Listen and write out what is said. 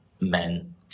men